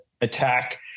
attack